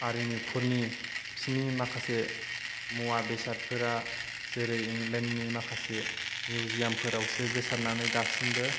आरिमुफोरनि बिसिनि माखासे मुवा बेसादफोरा जेरै इंलेण्डनि माखासे मिउजियामफोरावसो गोसारनानै दासिमबो